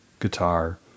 guitar